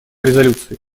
резолюции